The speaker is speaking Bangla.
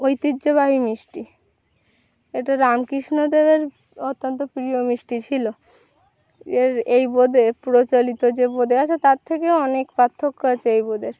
ঐতিহ্যবাহী মিষ্টি এটা রামকৃষ্ণদেবের অত্যন্ত প্রিয় মিষ্টি ছিলো এর এই বোঁদে প্রচলিত যে বোঁদে আছে তার থেকেও অনেক পার্থক্য আছে এই বোঁদের